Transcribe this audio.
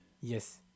yes